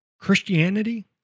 Christianity